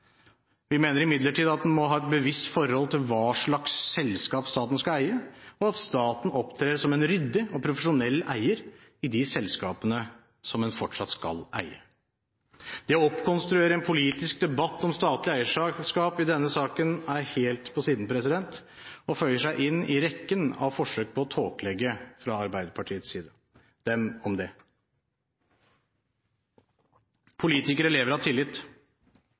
Vi mener imidlertid at en må ha et bevisst forhold til hva slags selskap staten skal eie, og at staten opptrer som en ryddig og profesjonell eier i de selskapene som en fortsatt skal eie. Det å oppkonstruere en politisk debatt om statlig eierskap i denne saken er helt på siden og føyer seg inn i rekken av forsøk på å tåkelegge fra Arbeiderpartiets side. Dem om det! Politikere lever av tillit.